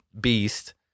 beast